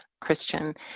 Christian